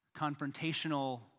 confrontational